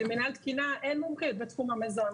שלמינהל תקינה אין מומחיות בתחום המזון.